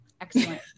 excellent